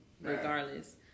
Regardless